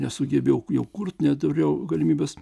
nesugebėjo jo kurti neturėjo galimybės